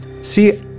See